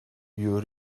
you